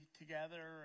together